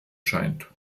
scheint